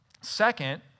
Second